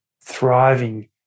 thriving